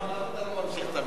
למה אתה לא ממשיך את המשפט?